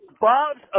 Bob's